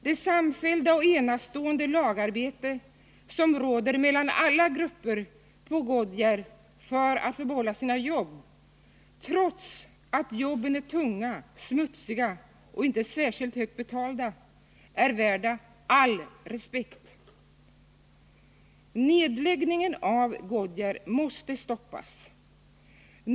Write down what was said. Det samfällda och enastående lagarbete som sker mellan alla grupper på Goodyear för att man skall få behålla sina jobb, trots att jobben är tunga, smutsiga och inte särskilt högt betalda, är värt all respekt. Nedläggningen av Goodyear måste stoppas.